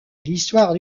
l’histoire